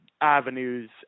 avenues